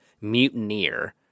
mutineer